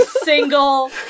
single